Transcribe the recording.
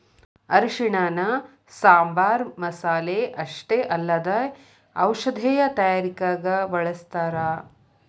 ಅರಿಶಿಣನ ಸಾಂಬಾರ್ ಮಸಾಲೆ ಅಷ್ಟೇ ಅಲ್ಲದೆ ಔಷಧೇಯ ತಯಾರಿಕಗ ಬಳಸ್ಥಾರ